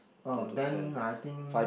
oh then I think